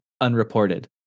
unreported